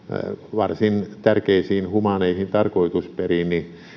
varsin tärkeisiin humaaneihin tarkoitusperiin niin